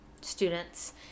students